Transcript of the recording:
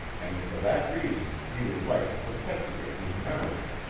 and for that reason he would like to perpetuate his memory.